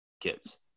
kids